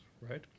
right